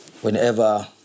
Whenever